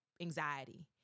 Anxiety